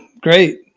great